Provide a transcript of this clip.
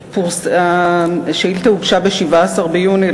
השאילתה הוגשה ב-17 ביוני.